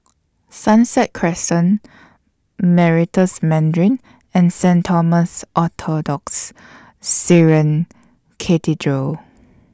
Sunset Crescent Meritus Mandarin and Saint Thomas Orthodox Syrian Cathedral